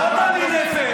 עוד עדין נפש.